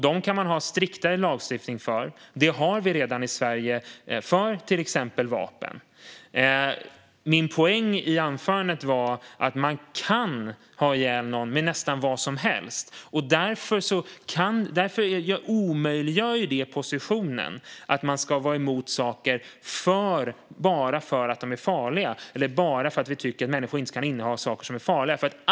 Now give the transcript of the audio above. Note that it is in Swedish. Dem kan man ha striktare lagstiftning för. Det har vi redan i Sverige när det gäller till exempel vapen. Men min poäng i anförandet var att man kan ha ihjäl någon med nästan vad som helst. Det omöjliggör positionen att vara emot saker bara för att de är farliga eller bara för att människor inte ska inneha saker som är farliga.